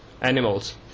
Animals